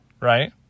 Right